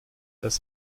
das